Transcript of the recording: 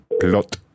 Plot